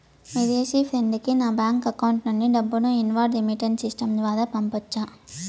విదేశీ ఫ్రెండ్ కి నా బ్యాంకు అకౌంట్ నుండి డబ్బును ఇన్వార్డ్ రెమిట్టెన్స్ సిస్టం ద్వారా పంపొచ్చా?